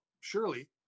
surely